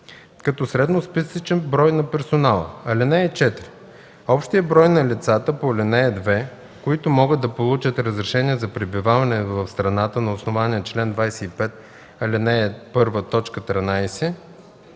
като средносписъчен брой на персонала. (4) Общият брой на лицата по ал. 2, които могат да получат разрешение за пребиваване в страната на основание чл. 25, ал. 1,